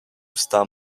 star